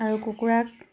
আৰু কুকুৰাক